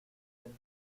and